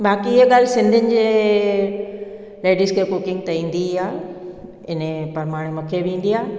बाक़ी इहा ॻाल्हि सिंधियुनि जे लेडीस खे कुकिंग त ईंदी आहे इने परमाणे मूंखे बि ईंदी आहे